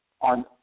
on